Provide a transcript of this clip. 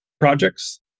projects